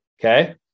okay